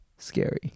scary